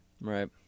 right